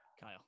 Kyle